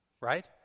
right